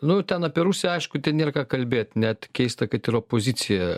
nu ten apie rusiją aišku ten nėr ką kalbėti net keista kad ir opozicija